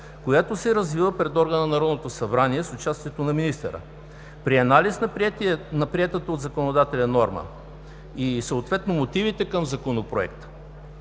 която се развива пред органа – Народното събрание, с участието на министъра. При анализ на приетата от законодателя норма и съответно мотивите към Законопроекта